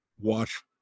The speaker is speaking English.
watch